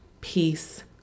peace